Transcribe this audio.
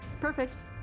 Perfect